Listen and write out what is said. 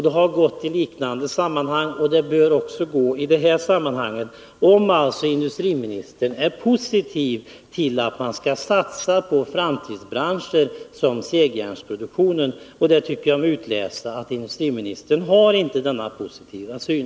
Det har gått i liknande sammanhang, och det bör också gå i det här fallet, om industriministern är positiv till att man satsar på framtidsbranscher som segjärnsproduktionen. Jag tycker mig kunna utläsa att industriministern inte har denna positiva syn.